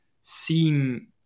seem